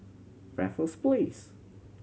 Raffles Place